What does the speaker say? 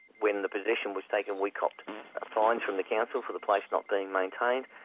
when the possession was taken we copped a fine from the council for the place not being maintained,